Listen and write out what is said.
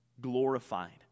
glorified